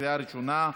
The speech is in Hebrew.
בקריאה ראשונה.